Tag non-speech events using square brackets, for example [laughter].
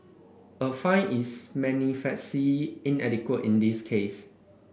a fine is [unintelligible] inadequate in this case